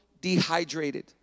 dehydrated